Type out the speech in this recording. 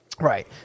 right